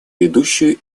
ведущую